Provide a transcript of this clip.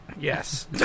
Yes